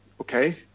okay